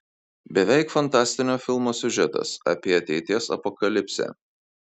beveik fantastinio filmo siužetas apie ateities apokalipsę